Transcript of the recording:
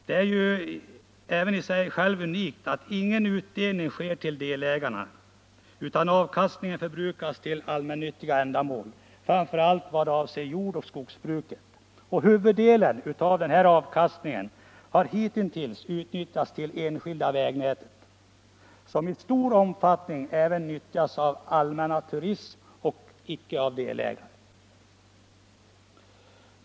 Det är ju även i sig självt unikt att ingen utdelning sker till delägarna, utan avkastningen förbrukas till ”allmännyttiga” ändamål framför allt vad avser jordoch skogsbruket. Huvuddelen av avkastningen har hitintills använts till det enskilda vägnätet, som i stor omfattningen även nyttjas av allmän turism och icke-delägare.